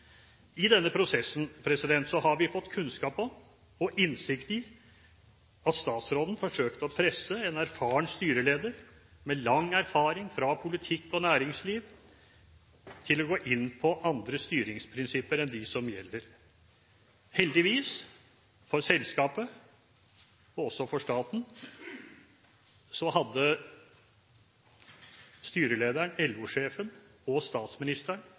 I denne prosessen har vi fått kunnskap om og innsikt i at statsråden forsøkte å presse en erfaren styreleder, med lang erfaring fra politikk og næringsliv, til å gå inn på andre styringsprinsipper enn dem som gjelder. Heldigvis for selskapet – og også for staten – hadde styrelederen LO-sjefen og statsministeren